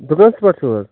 دُکانسٕے پٮ۪ٹھ چھُو حظ